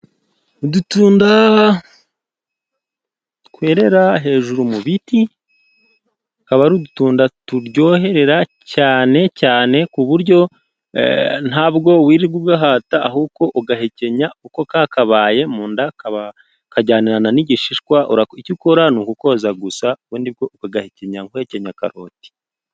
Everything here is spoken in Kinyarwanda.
Udutunda twerera hejuru mu biti tukaba ari udutunda turyohera cyane cyane, ku buryo ntabwo wirirwa ugahata ahubwo ugahekenya uko kakabaye, mu nda kaba kajyanirana n'igishishwa icyo ukora ni ukukoza gusa, ubundi ukagahekenya nk'uhekenya akaroti.